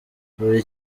buri